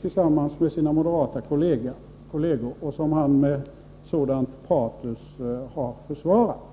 tillsammans med sina moderata kolleger och som han med sådant patos har försvarat.